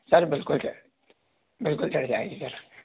sir बिल्कुल sir बिल्कुल चल जाएगी सर